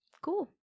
cool